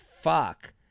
fuck